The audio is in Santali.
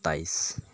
ᱛᱮᱭᱤᱥ